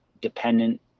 dependent